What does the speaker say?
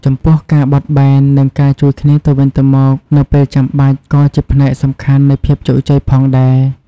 ចំពោះ ការបត់បែន និងការជួយគ្នាទៅវិញទៅមកនៅពេលចាំបាច់ ក៏ជាផ្នែកសំខាន់នៃភាពជោគជ័យផងដែរ។